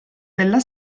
della